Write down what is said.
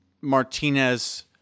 Martinez